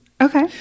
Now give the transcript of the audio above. Okay